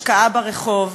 השקעה ברחוב,